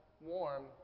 warm